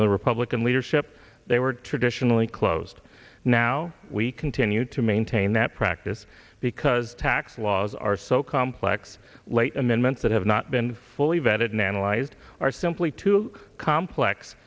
the republican leadership they were traditionally closed now we continue to maintain that practice because tax laws are so complex late amendments that have not been fully vetted and analyzed are simply too complex